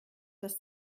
dass